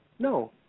No